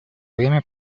время